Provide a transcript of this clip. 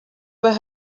were